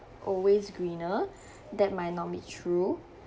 always greener that might not be true